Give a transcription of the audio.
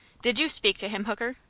did you speak to him, hooker?